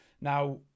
Now